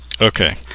Okay